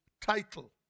title